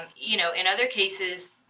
you know in other cases,